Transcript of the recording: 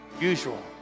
usual